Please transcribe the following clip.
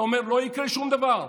כשאתה אומר: לא יקרה שום דבר,